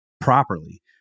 properly